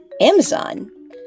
Amazon